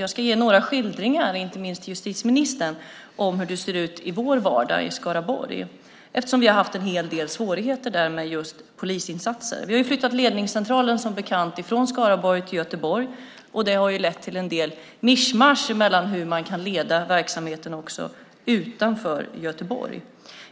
Jag ska ge några skildringar, inte minst för justitieministern, av hur det ser ut i vår vardag i Skaraborg eftersom vi har haft en hel del svårigheter där med just polisinsatser. Vi har som bekant flyttat ledningscentralen från Skaraborg till Göteborg. Det har lett till en del mischmasch i hur man kan leda verksamheten också utanför Göteborg.